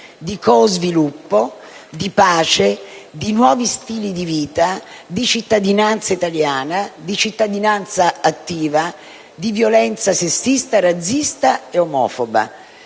ha parlato di pace, di nuovi stili di vita, di cittadinanza italiana, di cittadinanza attiva, di violenza sessista, razzista e omofoba,